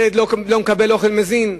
ילד לא מקבל אוכל מזין.